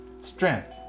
strength